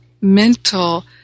mental